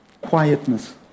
quietness